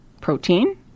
protein